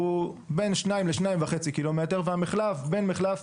בין שניים לשניים וחצי קילומטרים והמחלף בין מחלף